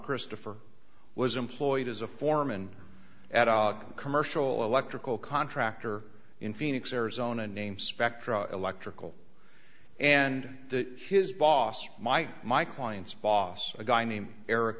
christopher was employed as a foreman at a commercial electrical contractor in phoenix arizona name spectra electrical and the his boss my client's boss a guy named eric